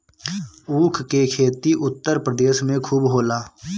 ऊख के खेती उत्तर प्रदेश में खूब होला